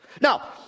Now